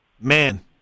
Man